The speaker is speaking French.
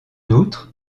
outre